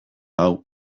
hau